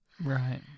Right